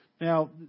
Now